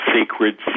Sacred